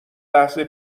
لحظه